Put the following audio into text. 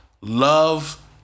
Love